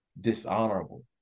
dishonorable